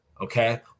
okay